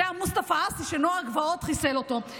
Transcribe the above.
זה המוסטפא עאסי שנוער הגבעות חיסל אותו.